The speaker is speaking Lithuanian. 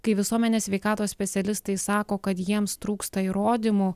kai visuomenės sveikatos specialistai sako kad jiems trūksta įrodymų